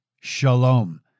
Shalom